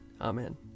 Amen